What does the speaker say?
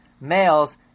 males